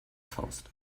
faust